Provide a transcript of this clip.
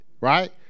right